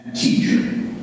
teacher